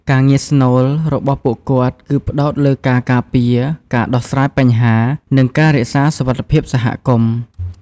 ការងារស្នូលរបស់ពួកគាត់គឺផ្តោតលើការការពារ ការដោះស្រាយបញ្ហា និងការរក្សាសុវត្ថិភាពសហគមន៍។